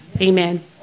Amen